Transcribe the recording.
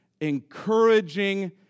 encouraging